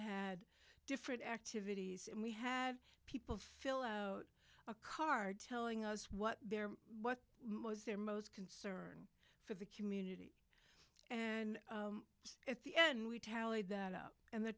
had different activities and we had people fill out a card telling us what they're what they're most concerned for the community and at the end we tallied that up and the